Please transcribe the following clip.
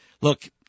look